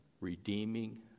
redeeming